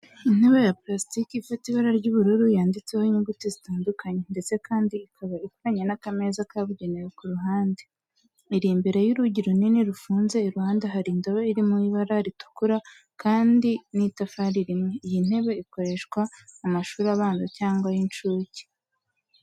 Intebe ya purasitike ifite ibara ry'ubururu yanditseho inyuguti zitandukanye, ndetse kandi ikaba ikoranye n’akameza kabugenewe ku ruhande. Iri imbere y’urugi runini rufunze, iruhande hari indobo iri mu ibara ritukura hari kandi n’itafari rimwe. Iyi ntebe ikoreshwa mu mashuri abanza cyangwa ay'incuke.